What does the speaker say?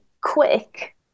quick